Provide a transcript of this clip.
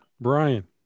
Brian